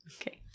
Okay